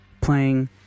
playing